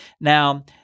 Now